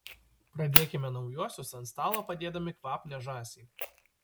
pradėkime naujuosius ant stalo padėdami kvapnią žąsį